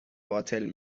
باطل